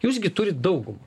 jūs gi turit daugumą